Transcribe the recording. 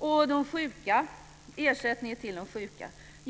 Jag ska säga något om ersättningen till de sjuka.